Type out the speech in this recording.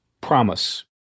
Promise